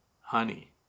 honey